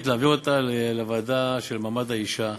ולהעביר אותה לוועדה לקידום מעמד האישה.